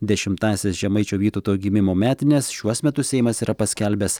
dešimtąsias žemaičio vytauto gimimo metines šiuos metus seimas yra paskelbęs